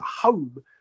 home